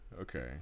Okay